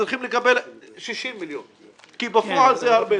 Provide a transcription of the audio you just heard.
צריכים לקבל 60 מיליון שקלים כי בפועל יש להם הרבה מיטות.